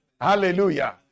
Hallelujah